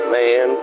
man